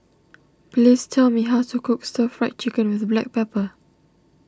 please tell me how to cook Stir Fried Chicken with Black Pepper